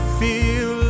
feel